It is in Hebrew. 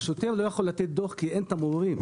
שוטר לא יכול לתת דו"ח, כי אין תמרורים.